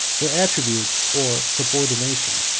their attributes or subordination.